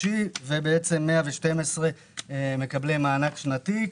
חודשי ועל 112,000 מקבלי מענק שנתי.